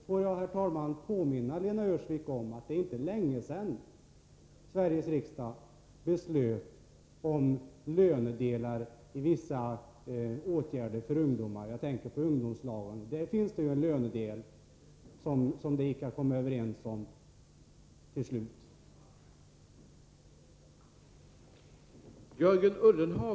Får jag, herr talman, påminna Lena Öhrsvik om att det inte är länge sedan Sveriges riksdag beslöt om lönedelar i vissa åtgärder för ungdomar. Jag tänker bl.a. på ungdomslagen. Där finns en lönedel, som det gick att komma överens om till slut.